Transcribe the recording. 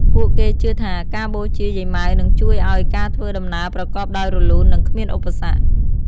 ពួកគេជឿថាការបូជាយាយម៉ៅនឹងជួយឱ្យការធ្វើដំណើរប្រកបដោយរលូន និងគ្មានឧបសគ្គ។